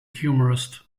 humorist